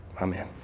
Amen